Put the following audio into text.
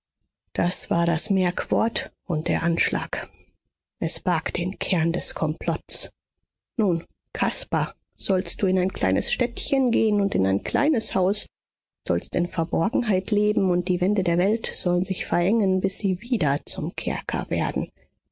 das war das merkwort und der anschlag es barg den kern des komplotts nun caspar sollst du in ein kleines städtchen gehen und in ein kleines haus sollst in verborgenheit leben und die wände der welt sollen sich verengen bis sie wieder zum kerker werden